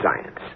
science